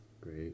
Great